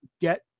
get